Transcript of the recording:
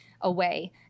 away